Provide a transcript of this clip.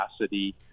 capacity